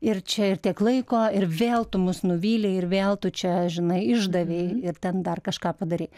ir čia ir tiek laiko ir vėl tu mus nuvylei ir vėl tu čia žinai išdavei ir ten dar kažką padarei